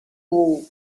wool